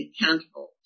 accountable